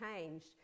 changed